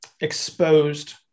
exposed